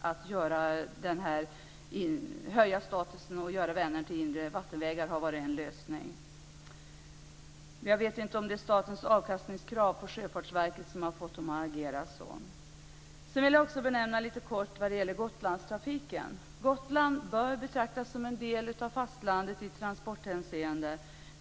Att höja statusen genom att göra Vänern till en inre vattenväg hade varit en lösning. Jag vet inte om det är statens avkastningskrav på Sjöfartsverket som har fått dem att agera så. Sedan vill jag kort ta upp frågan om Gotlandstrafiken. Gotland bör betraktas som en del av fastlandet i transporthänseende.